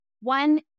One